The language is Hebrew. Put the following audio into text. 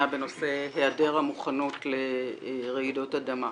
בנושא היעדר המוכנות לרעידות אדמה.